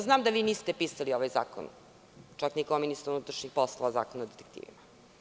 Znam da vi niste pisali ovaj zakon, čak ni kao ministar unutrašnjih poslova zakon o detektivima.